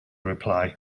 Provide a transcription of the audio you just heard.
reply